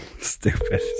stupid